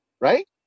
Right